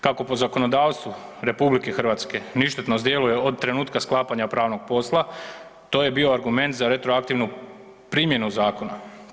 Kako po zakonodavstvu RH ništetnost djeluje od trenutka sklapanja pravnog posla, to je bio argument za retroaktivnu primjenu zakona.